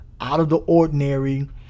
out-of-the-ordinary